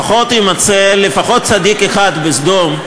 יימצא לפחות צדיק אחד בסדום,